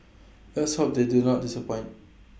let's hope they do not disappoint